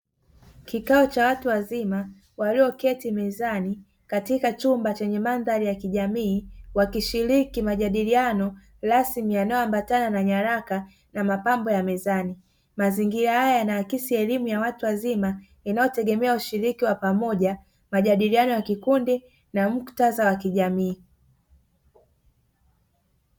Kikao cha watu wazima walioketi mezani katika chumba chenye mandhari ya kijamii wakishiriki majadiliano rasmi yanayoambatana na nyaraka na mapambo ya mezani, mazingira haya yanaakisi elimu ya watu wazima inayotegemea ushiriki wa pamoja, majadiliano ya kikundi na Muktadha wa jamii.